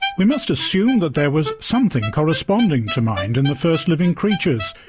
we must assume that there was something corresponding to mind in the first living creatures,